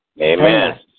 Amen